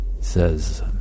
Says